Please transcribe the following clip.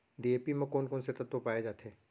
DAP म कोन कोन से तत्व पाए जाथे?